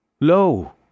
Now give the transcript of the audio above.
Lo